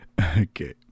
Okay